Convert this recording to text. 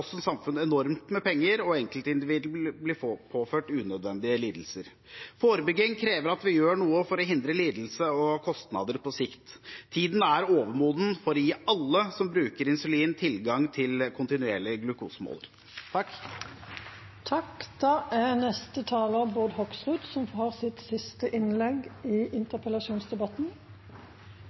blir påført unødvendige lidelser. Forebygging krever at vi gjør noe for å hindre lidelse og kostnader på sikt. Tiden er overmoden for å gi alle som bruker insulin, tilgang til en kontinuerlig glukosemåler. I Norge er det 315 000–365 000 mennesker som